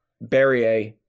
Barrier